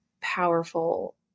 powerful